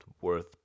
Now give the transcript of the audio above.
worth